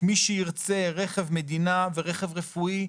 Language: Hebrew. מי שירצה רכב מדינה ורכב רפואי,